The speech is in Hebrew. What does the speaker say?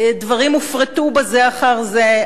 גופים הופרטו בזה אחר זה,